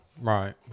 Right